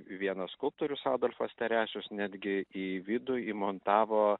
vienas skulptorius adolfas teresius netgi į vidų įmontavo